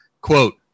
quote